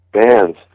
bands